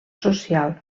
social